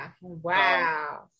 Wow